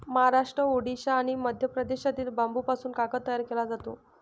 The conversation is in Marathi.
महाराष्ट्र, ओडिशा आणि मध्य प्रदेशातील बांबूपासून कागद तयार केला जातो